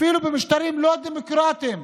אפילו במשטרים לא דמוקרטיים,